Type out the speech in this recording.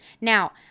Now